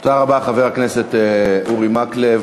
תודה רבה, חבר הכנסת אורי מקלב.